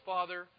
Father